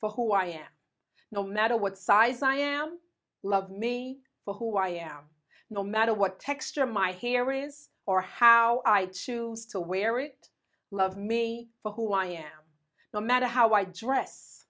for who i am no matter what size i am love me for who i am no matter what texture my hair is or how i choose to wear it love me for who i am no matter how i dress